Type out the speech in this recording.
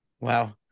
Wow